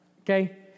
Okay